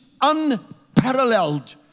unparalleled